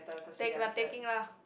take lah taking lah